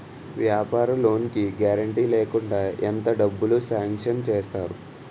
వ్యాపార లోన్ కి గారంటే లేకుండా ఎంత డబ్బులు సాంక్షన్ చేస్తారు?